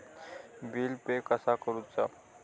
Bill pay कसा करुचा?